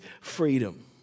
freedom